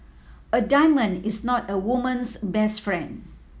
a diamond is not a woman's best friend